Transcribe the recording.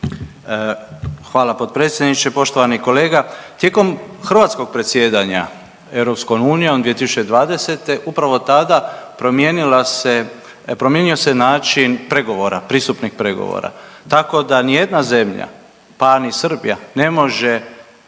Hvala potpredsjedniče. Poštovani kolega, tijekom hrvatskog predsjedanja EU 2020. upravo tada promijenila se, promijenio se način pregovora, pristupnih pregovora, tako da nijedna zemlja, pa ni Srbija ne može